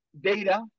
data